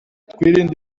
twirinde